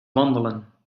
wandelen